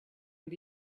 and